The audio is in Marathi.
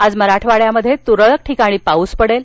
आज मराठवाड्यात तुरळक ठिकाणी पाऊस पडेल